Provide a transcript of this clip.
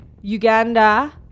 Uganda